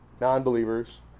non-believers